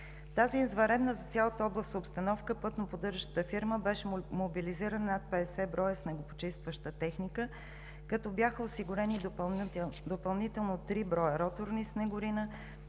тази извънредна за цялата област обстановка пътно-поддържащата фирма беше мобилизирала над 50 броя снегопочистваща техника, като бяха осигурени допълнително три броя роторни снегорина,